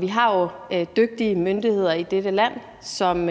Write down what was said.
Vi har jo dygtige myndigheder i dette land, som